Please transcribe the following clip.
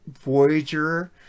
Voyager